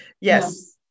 Yes